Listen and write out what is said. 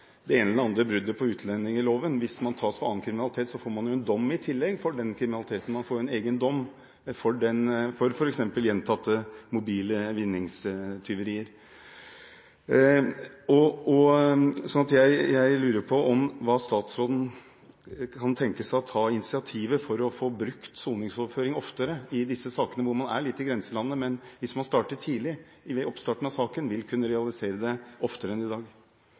hvis man tas for annen kriminalitet, får man en dom i tillegg for den kriminaliteten, man får en egen dom for f.eks. gjentatte mobile vinningstyverier. Jeg lurer på om statsråden kan tenke seg å ta initiativ til å bruke soningsoverføring oftere i disse sakene hvor man er litt i grenseland, men hvor man, hvis man starter tidlig, ved oppstarten av saken, vil kunne realisere det oftere enn i dag.